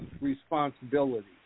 responsibility